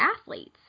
athletes